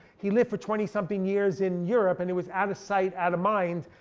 he lived for twenty something years in europe, and it was out of sight out of mind.